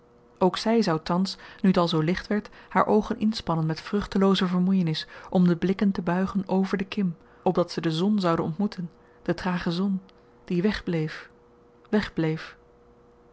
ook zy zou thans nu t al zoo licht werd haar oogen inspannen met vruchtelooze vermoeienis om de blikken te buigen ver de kim opdat ze de zon zouden ontmoeten de trage zon die wegbleef wegbleef